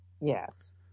yes